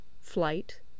Flight